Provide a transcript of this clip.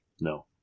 No